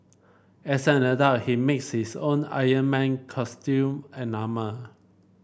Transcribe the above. as an adult he makes his own Iron Man costume and armour